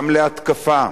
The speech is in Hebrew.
גם להתקפה,